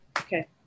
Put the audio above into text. Okay